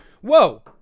Whoa